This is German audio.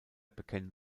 bekennen